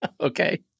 okay